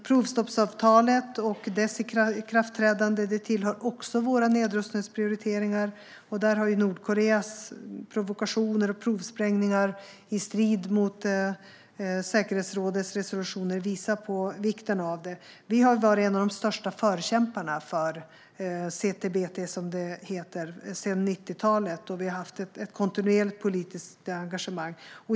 Provstoppsavtalet och att detta ska träda i kraft tillhör också våra nedrustningsprioriteringar, och Nordkoreas provokationer och provsprängningar - i strid med säkerhetsrådets resolutioner - visar på vikten av det. Vi har sedan 90-talet varit en av de största förkämparna för CTBT, som det heter, och vi har haft ett kontinuerligt politiskt engagemang.